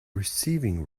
receiving